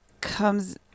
comes